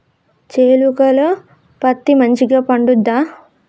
చేలుక లో పత్తి మంచిగా పండుద్దా?